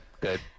Good